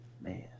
Man